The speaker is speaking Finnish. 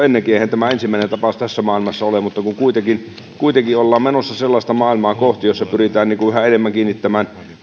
tämä ensimmäinen tapaus tässä maailmassa ole mutta kun kuitenkin kuitenkin olemme menossa sellaista maailmaa kohti jossa pyritään yhä enemmän kiinnittämään